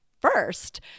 first